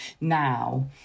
now